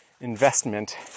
investment